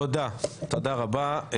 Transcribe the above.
תודה רבה.